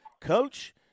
Coach